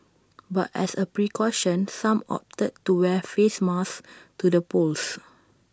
but as A precaution some opted to wear face masks to the polls